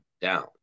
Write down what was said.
down